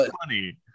funny